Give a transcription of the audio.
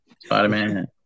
Spider-Man